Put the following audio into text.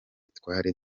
twari